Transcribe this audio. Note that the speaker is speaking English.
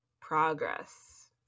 progress